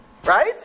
Right